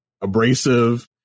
abrasive